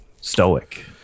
stoic